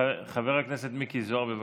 חבר הכנסת מיקי זוהר, בבקשה.